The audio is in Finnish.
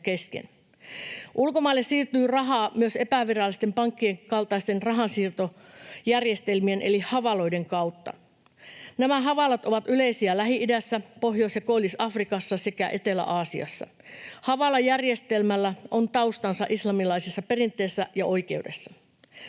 Ulkomaille siirtyy rahaa myös epävirallisten pankkien kaltaisten rahansiirtojärjestelmien eli hawaloiden kautta. Nämä hawalat ovat yleisiä Lähi-idässä, Pohjois- ja Koillis-Afrikassa sekä Etelä-Aasiassa. Hawala-järjestelmällä on taustansa islamilaisessa perinteessä ja oikeudessa.